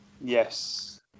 Yes